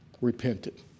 repented